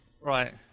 Right